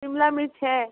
शिमला मिर्च है